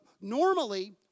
normally